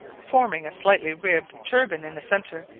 forming a slightly ribbed turban in the centre,